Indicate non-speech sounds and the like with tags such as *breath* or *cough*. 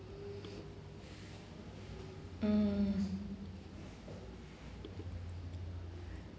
*breath* mm